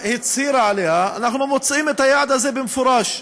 הצהירה עליה אנחנו מוצאים את היעד הזה במפורש.